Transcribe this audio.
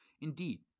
Indeed